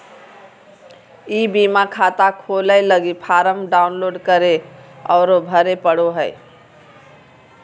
ई बीमा खाता खोलय लगी फॉर्म डाउनलोड करे औरो भरे पड़ो हइ